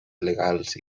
legals